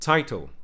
Title